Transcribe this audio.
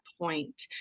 point